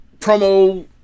promo